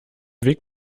weg